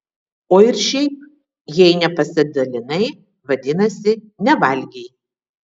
o ir šiaip jei nepasidalinai vadinasi nevalgei